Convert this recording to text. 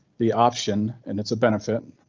the option, and it's a benefit,